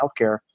healthcare